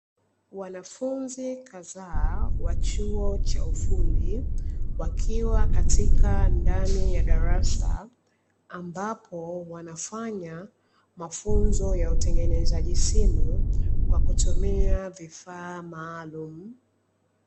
Wanafunzi kadhaa wa chuo cha ufundi, wakiwa ndani ya darasa ambapo wanafanya mafunzo ya utengenezaji wa simu kwa kutumia vifaa maalumu.